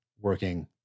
working